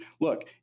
Look